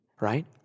right